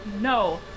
No